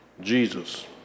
Jesus